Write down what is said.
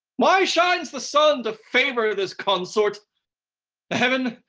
why shines the sun to favor this consort? the heaven,